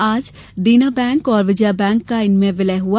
आज देना बैंक और विजया बैंक का इसमें विलय हुआ